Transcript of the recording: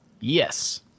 Yes